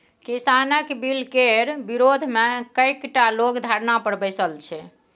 किसानक बिलकेर विरोधमे कैकटा लोग धरना पर बैसल छै